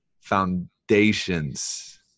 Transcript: foundations